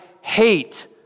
hate